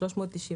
היום 390 שקלים.